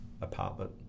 apartment